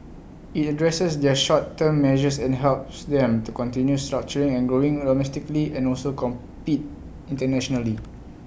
IT addresses their short term measures and helps them to continue structuring and growing domestically and also compete internationally